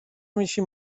میشی